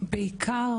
בעיקר